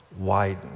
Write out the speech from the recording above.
widen